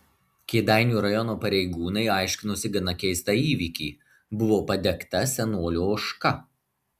kėdainių rajono pareigūnai aiškinosi gana keistą įvykį buvo padegta senolio ožka